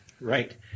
Right